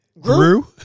Grew